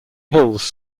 hills